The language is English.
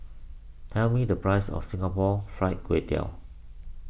tell me the price of Singapore Fried Kway Tiao